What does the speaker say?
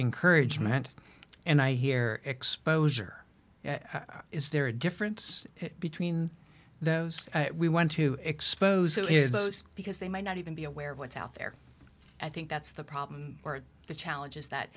encouragement and i hear exposure is there a difference between those we want to expose who is the most because they might not even be aware of what's out there i think that's the problem or the challenge is that